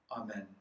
Amen